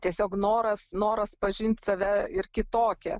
tiesiog noras noras pažint save ir kitokią